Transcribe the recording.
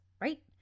right